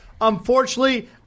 unfortunately